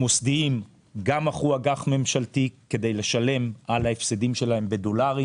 המוסדיים גם מכרו אג"ח ממשלתי כדי לשלם על ההפסדים שלהם בדולרים